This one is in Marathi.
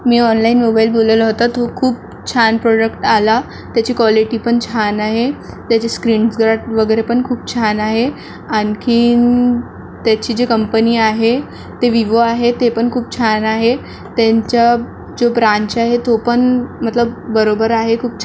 मी ऑनलाइन मोबाईल बोलवला होता तो खूप छान प्रॉडक्ट आला त्याची क्वालिटी पण छान आहे त्याचे स्क्रीन्सगार्ड वगैरे पण खूप छान आहे आणखीन त्याची जी कंपनी आहे ते विवो आहे ते पण खूप छान आहे त्यांच्या जो ब्रांच आहे तो पण मतलब बरोबर आहे खूप छान आहे